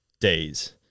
days